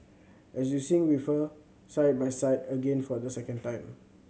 and you sing with her side by side again for the second time